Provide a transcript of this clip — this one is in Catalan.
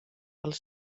els